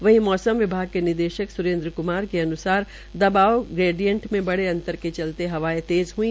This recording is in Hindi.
वहीं मौसम विभाग ने निदशक स्रेन्द्र क्मार के अन्सार दबाव ग्रेडिएंट में बढ़े अंतर के चलते हवायें तेज़ हई